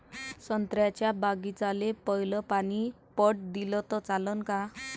संत्र्याच्या बागीचाले पयलं पानी पट दिलं त चालन का?